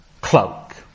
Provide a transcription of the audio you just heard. cloak